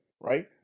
right